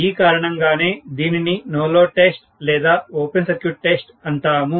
ఈ కారణం గానే దీనిని నో లోడ్ టెస్ట్ లేదా ఓపెన్ సర్క్యూట్ టెస్ట్ అంటాము